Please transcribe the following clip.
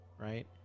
right